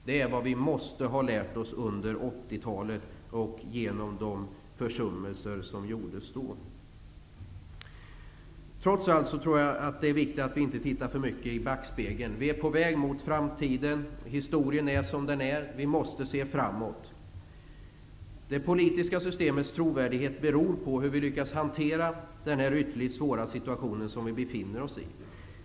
Det måste vi ha lärt oss av 80 talet och de försummelser som gjordes då. Trots allt tror jag att det är viktigt att vi inte tittar för mycket i backspegeln. Vi är på väg mot framtiden. Historien är som den är. Vi måste se framåt. Det politiska systemets trovärdighet beror på hur vi lyckas hantera den ytterligt svåra situation som vi befinner oss i.